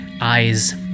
eyes